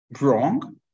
wrong